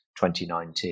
2019